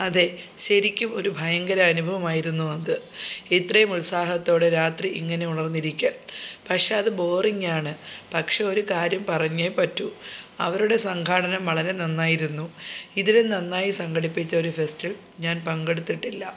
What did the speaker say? അതെ ശരിക്കും ഒരു ഭയങ്കര അനുഭവം ആയിരുന്നു അത് ഇത്രയും ഉത്സാഹത്തോടെ രാത്രി ഇങ്ങനെ ഉണർന്നിരിക്കൽ പക്ഷേ അത് ബോറിങ്ങാണ് പക്ഷേ ഒരു കാര്യം പറഞ്ഞേ പറ്റൂ അവരുടെ സംഘാടനം വളരെ നന്നായിരുന്നു ഇതിലും നന്നായി സംഘടിപ്പിച്ച ഒരു ഫെസ്റ്റിൽ ഞാൻ പങ്കെടുത്തിട്ടില്ല